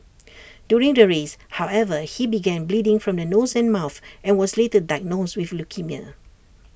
during the race however he began bleeding from the nose and mouth and was later diagnosed with leukaemia